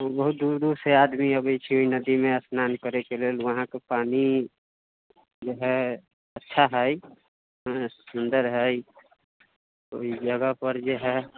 बहुत दूर दूर से आदमी अबैत छै ओहि नदीमे स्नान करैके लेल उहाँके पानि जे हय अच्छा हय सुन्दर हय ओहि जगह पर जे हय